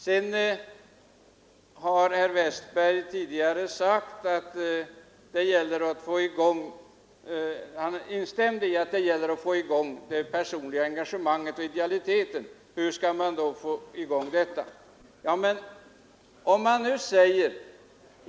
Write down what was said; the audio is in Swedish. Sedan instämde herr Westberg i Ljusdal i att det gäller att stimulera engagemanget och den personliga idealiteten, och herr Westberg frågade hur det skall gå till.